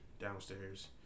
downstairs